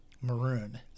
maroon